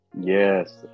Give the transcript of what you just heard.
yes